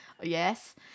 Yes